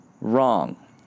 wrong